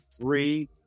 three